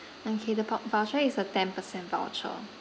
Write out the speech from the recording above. okay the pop~ voucher is a ten percent voucher